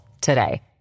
today